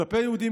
כלפי יהודים,